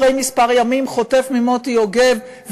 אחרי מספר ימים חוטף ממוטי יוגב,